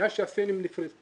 מאז שהסינים פרצו לארץ.